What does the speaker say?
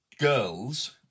girls